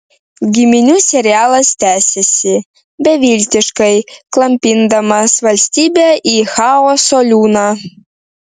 giminių serialas tęsiasi beviltiškai klampindamas valstybę į chaoso liūną